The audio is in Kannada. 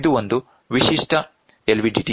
ಇದು ಒಂದು ವಿಶಿಷ್ಟ LVDT